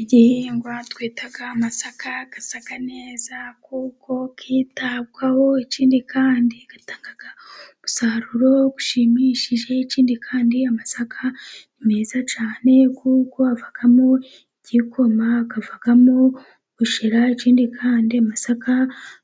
Igihingwa twita amasaka, asa neza kuko cyitabwaho, ikindi kandi atanga umusaruro ushimishije, ikindi kandi amasaka ni meza cyane, kuko avamo igikoma, akavamo ubushera, ikindi kandi amasaka